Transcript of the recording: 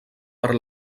per